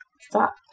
Stop